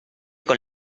con